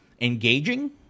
engaging